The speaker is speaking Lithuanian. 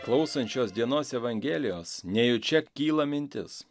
klausant šios dienos evangelijos nejučia kyla mintis